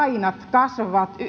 kasvavat